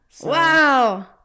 Wow